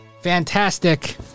fantastic